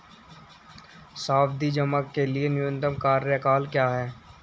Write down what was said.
सावधि जमा के लिए न्यूनतम कार्यकाल क्या है?